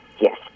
Yes